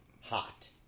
hot